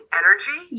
energy